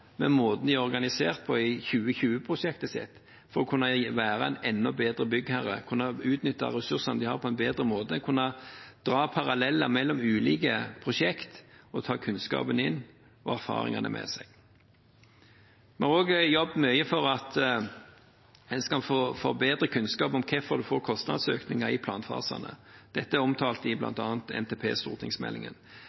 med måten de er organisert på i 2020-prosjektet sitt, for å kunne være en enda bedre byggherre, kunne utnytte ressursene de har på en bedre måte, kunne dra paralleller mellom ulike prosjekter og ta kunnskapen inn og erfaringene med seg. Vi har også jobbet mye for at en skal få bedre kunnskap om hvorfor en får kostnadsøkninger i planfasene. Dette er omtalt i